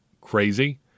crazy